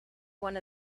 one